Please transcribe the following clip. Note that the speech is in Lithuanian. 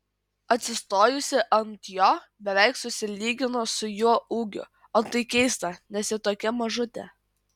atsistojusi ant jo beveik susilygino su juo ūgiu o tai keista nes ji tokia mažutė